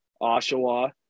Oshawa